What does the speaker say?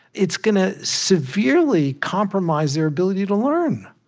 it's going to severely compromise their ability to learn.